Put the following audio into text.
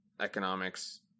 economics